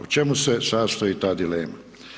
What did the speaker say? U čemu se sastoji ta dilema?